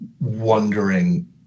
wondering